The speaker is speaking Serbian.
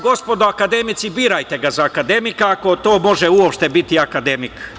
Gospodo akademici, birajte ga za akademika ako to može uopšte biti akademik.